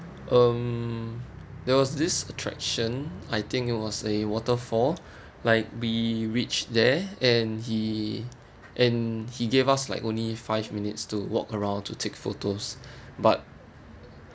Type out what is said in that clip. um there was this attraction I think it was a waterfall like we reached there and he and he gave us like only five minutes to walk around to take photos but